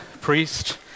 priest